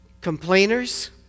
Complainers